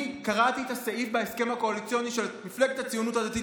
אני קראתי את הסעיף בהסכם הקואליציוני של מפלגת הציונות הדתית